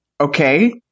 okay